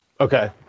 Okay